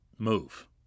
move